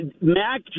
Mac